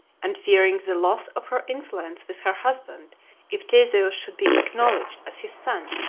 and fearing the loss of her influence with her husband if theseus should be acknowledged as his son,